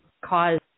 cause